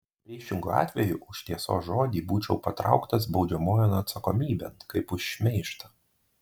priešingu atveju už tiesos žodį būčiau patrauktas baudžiamojon atsakomybėn kaip už šmeižtą